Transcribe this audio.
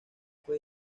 fue